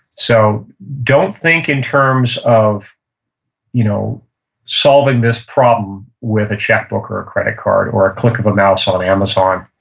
so don't think in terms of you know solving this problem with a checkbook or a credit card or a click of a mouse on amazon.